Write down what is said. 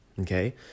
Okay